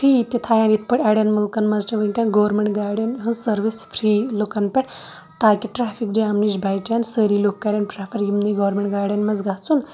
پھرۍ تہِ تھاون یِتھ پٲٹھۍ اَڈٮ۪ن مُلکَن مَنٛز چھِ وٕنکٮ۪ن گورمینٹ گاڑٮ۪ن ہِنٛز سروِس فری لُکَن پیٹھ تاکہِ ٹریفِک جام نِش بَچَن سٲری لُکھ کَران پریٚفَر یِمنٕے گورمینٹ گاڑٮ۪ن مَنٛز گَژھُن